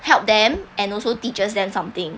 help them and also teaches them something